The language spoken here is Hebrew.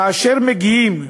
כאשר מגיעים